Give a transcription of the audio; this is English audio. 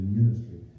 ministry